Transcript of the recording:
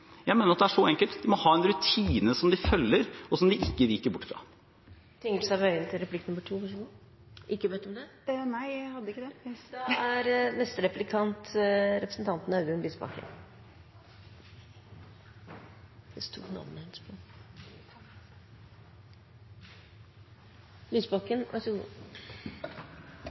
som de følger, og som de ikke viker bort fra. Representanten Tingelstad Wøien til replikk nummer to. Eller har du ikke bedt om det? Nei, jeg har ikke det. Da er neste replikant representanten Audun Lysbakken. Arbeidet mot mobbing henger sammen med en